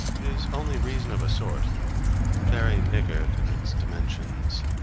it is only reason of a sort very niggard in its dimensions.